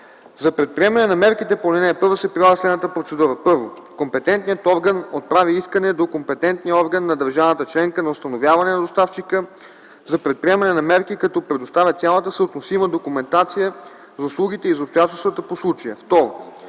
За предприемане на мерките по ал. 1 се прилага следната процедура: 1. компетентният орган отправя искане до компетентния орган на държавата членка на установяване на доставчика за предприемане на мерки, като предоставя цялата съотносима документация за услугите и за обстоятелствата по случая;